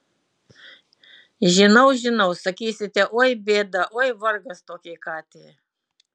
žinau žinau sakysite oi bėda oi vargas tokiai katei